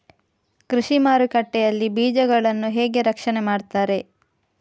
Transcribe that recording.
ಕೃಷಿ ಮಾರುಕಟ್ಟೆ ಯಲ್ಲಿ ಬೀಜಗಳನ್ನು ಹೇಗೆ ರಕ್ಷಣೆ ಮಾಡ್ತಾರೆ?